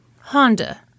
Honda